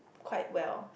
quite well